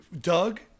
Doug